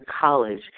college